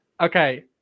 okay